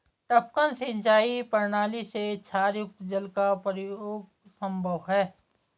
टपकन सिंचाई प्रणाली में क्षारयुक्त जल का प्रयोग संभव है